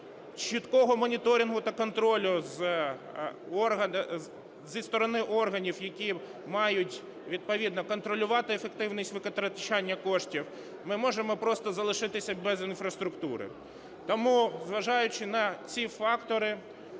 чіткого моніторингу та контролю зі сторони органів, які мають відповідно контролювати ефективність витрачання коштів, ми можемо просто залишитися без інфраструктури. Тому, зважаючи на ці фактори,